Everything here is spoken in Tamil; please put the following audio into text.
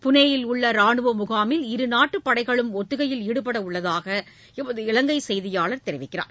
புனேயில் உள்ள ராணுவ முகாமில் இரு நாட்டு படைகளும் ஒத்திகையில் ஈடுபட உள்ளதாக எமது இலங்கை செய்தியாளர் தெரிவிக்கிறார்